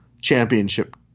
championship